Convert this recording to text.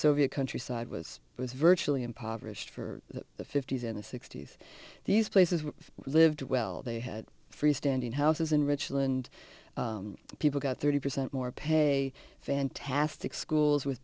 soviet countryside was was virtually impoverished for the fifty's in the sixty's these places were lived well they had free standing houses and richland people got thirty percent more pay fantastic schools with